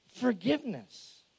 forgiveness